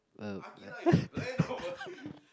a